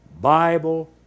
Bible